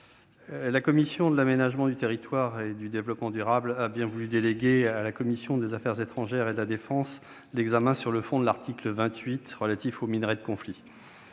la commission de l'aménagement du territoire et du développement durable a bien voulu déléguer à la commission des affaires étrangères, de la défense et des forces armées l'examen sur le fond de l'article 28 relatif aux minerais de conflit.